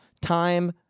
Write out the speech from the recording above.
time